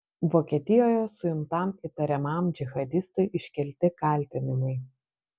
vokietijoje suimtam įtariamam džihadistui iškelti kaltinimai